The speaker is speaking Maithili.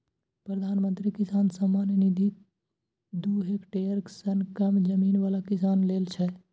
प्रधानमंत्री किसान सम्मान निधि दू हेक्टेयर सं कम जमीन बला किसान लेल छै